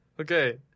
okay